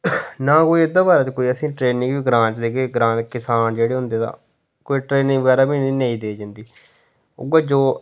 ना कोई एहदे बारे च कोई असेंगी ट्रोनिंग ग्रांऽ च दिखचै ग्रांऽ दे करसान जेह्ड़े होंदे तां कोई ट्रेनिग बगैरा बी असेंगी नेईं देई जंदी